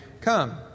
Come